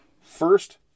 First